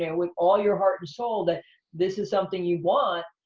yeah with all your heart and soul that this is something you want,